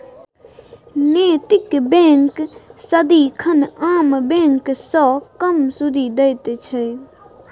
नैतिक बैंक सदिखन आम बैंक सँ कम सुदि दैत छै